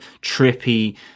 trippy